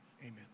amen